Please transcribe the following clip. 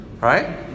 Right